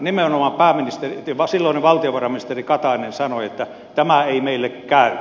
nimenomaan silloinen valtiovarainministeri katainen sanoi että tämä ei meille käy